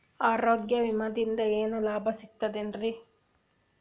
ಆರೋಗ್ಯ ವಿಮಾದಿಂದ ಏನರ್ ಲಾಭ ಸಿಗತದೇನ್ರಿ?